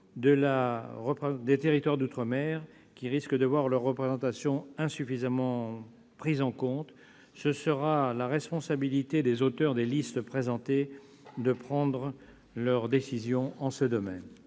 les territoires d'outre-mer, lesquels risquent de voir leur représentation insuffisamment prise en compte. Ce sera la responsabilité des auteurs des listes présentées de prendre leurs décisions en ce domaine.